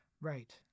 Right